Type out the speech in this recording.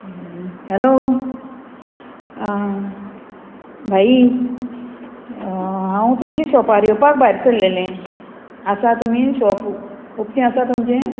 hello भाई हांव तुमच्या शॉपार येवपाक भायर सरलेलें आसा तुमी शॉप उकतें आसा तुमचें